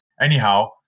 anyhow